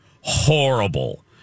Horrible